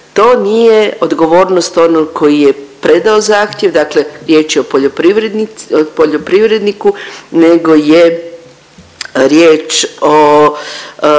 to nije odgovornost onog koji je predao zahtjev, dakle riječ je o poljoprivredniku, nego je riječ o